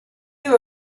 you